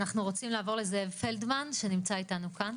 אנחנו רוצים לעבור לזאב פלדמן שנמצא איתנו כאן,